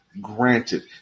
Granted